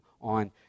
on